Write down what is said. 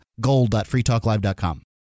gold.freetalklive.com